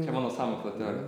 čia mano sąmokslo teorija